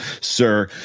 sir